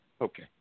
Okay